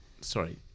Sorry